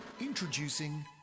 Introducing